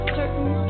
certain